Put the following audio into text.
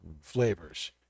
flavors